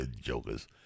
Jokers